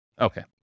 Okay